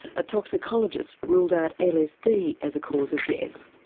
a toxicologist ruled out lsd as a cause of death.